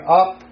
up